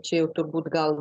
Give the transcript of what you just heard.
čia jau turbūt gal